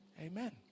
Amen